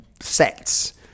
sets